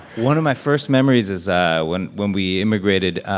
one of my first memories is ah when when we immigrated,